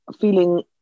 feeling